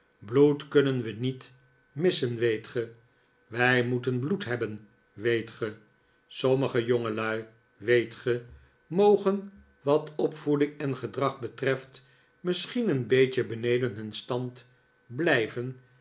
bloed kunnen we niet missen weet ge wij moeten bloed hebben weet ge sommige jongelui weet ge mogen wat opvoeding en gedrag betreft misschien een beetje beneden hun stand blijven